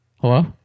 Hello